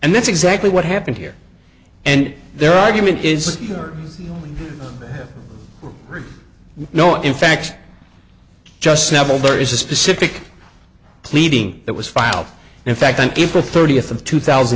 and that's exactly what happened here and their argument is there are no in fact just several there is a specific pleading that was filed in fact on april thirtieth of two thousand